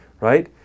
right